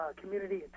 community